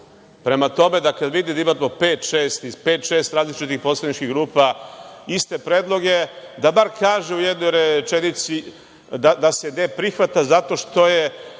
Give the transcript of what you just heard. prema tome da kada vidi da imamo iz pet, šest različitih poslaničkih grupa iste predloge da, bar kaže u jednoj rečenici da se ne prihvata zato što je